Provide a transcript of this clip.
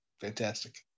Fantastic